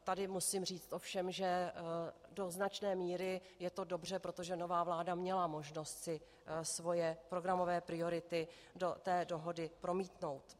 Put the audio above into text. Tady ovšem musím říci, že do značné míry je to dobře, protože nová vláda měla možnost si svoje programové priority do té dohody promítnout.